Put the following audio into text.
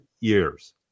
years